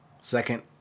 second